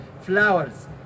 flowers